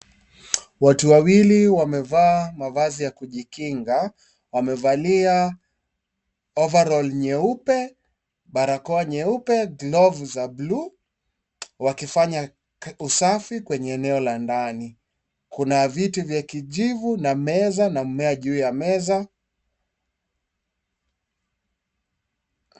Watu wawili wamevaa mavazi ya kujikinga, wamevalia overoll nyeupe, barakoa nyeupe, glovu za buluu, wakifanya usafi kwenye eneo la ndani. Kuna viti vya kijivu, na meza na mmea juu ya meza.